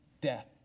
death